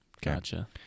gotcha